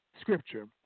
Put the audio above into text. scripture